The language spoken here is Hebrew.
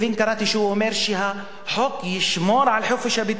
קראתי שהוא אומר שהחוק ישמור על חופש הביטוי.